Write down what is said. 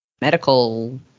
medical